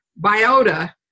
biota